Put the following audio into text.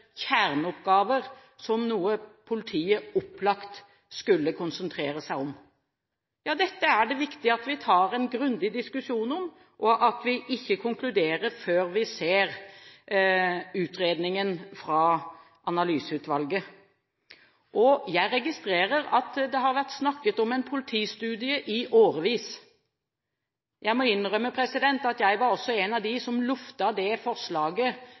kjerneoppgaver som noe politiet opplagt skulle konsentrere seg om. Ja, dette er det viktig at vi tar en grundig diskusjon om, og at vi ikke konkluderer før vi ser utredningen fra analyseutvalget. Jeg registrerer at det har vært snakket om en politistudie i årevis. Jeg må innrømme at jeg var også en av dem som luftet det forslaget